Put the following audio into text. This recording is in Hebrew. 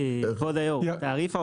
כבוד היו"ר תעריף ההולכה,